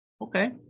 Okay